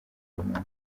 runaka